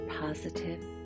positive